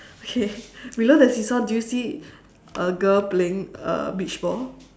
okay we look at the seesaw do you see a girl playing a beach ball